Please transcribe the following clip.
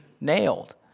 nailed